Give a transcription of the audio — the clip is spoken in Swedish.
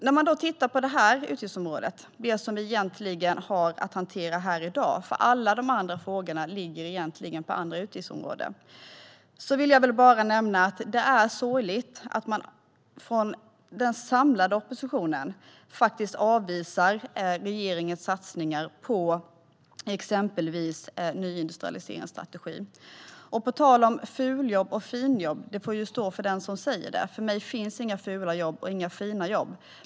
När det gäller det utgiftsområde som vi har att hantera här i dag - alla andra frågor ligger egentligen på andra utgiftsområden - är det sorgligt att man från den samlade oppositionen avvisar regeringens satsningar på exempelvis nyindustrialiseringsstrategin. Detta med fuljobb och finjobb får stå för den som säger det. För mig finns inga fula och inga fina jobb.